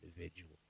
individual